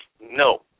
No